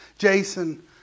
Jason